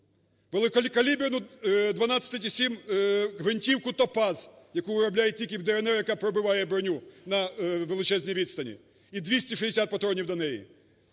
великокаліберну 12,7 гвинтівку "Топаз", яку виробляють тільки в "ДНР", яка пробиває броню на величезній відстані, і 260 патронів до неї,